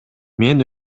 мен